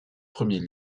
premiers